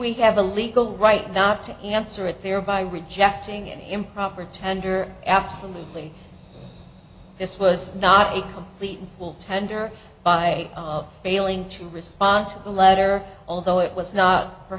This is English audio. we have a legal right not to answer it thereby rejecting any improper tender absolutely this was not a complete and full tender by of failing to respond to the letter although it was